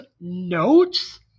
notes